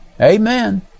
Amen